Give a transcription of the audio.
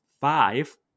five